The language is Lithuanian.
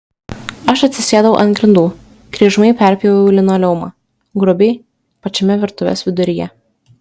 aš atsisėdau ant grindų kryžmai perpjoviau linoleumą grubiai pačiame virtuvės viduryje